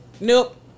Nope